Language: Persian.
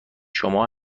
شما